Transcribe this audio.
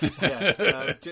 Yes